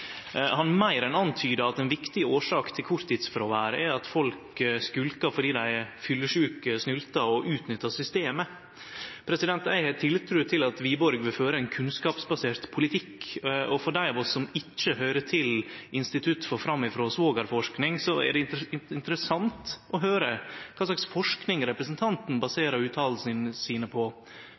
Han meir enn antyda at ei viktig årsak til korttidsfråværet er at folk skulkar fordi dei er fyllesjuke, snyltar og utnyttar systemet. Eg har tiltru til at Wiborg vil føre ein kunnskapsbasert politikk, og for dei av oss som ikkje høyrer til «institutt for framifrå svogerforsking», er det interessant å høyre kva slag forsking representanten baserer utsegnene sine på,